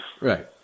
Right